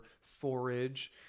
forage